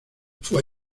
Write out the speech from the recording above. fue